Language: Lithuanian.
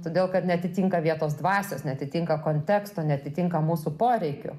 todėl kad neatitinka vietos dvasios neatitinka konteksto neatitinka mūsų poreikių